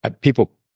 people